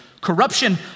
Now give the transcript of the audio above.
corruption